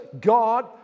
God